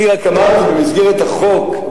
במסגרת החוק,